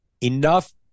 Enough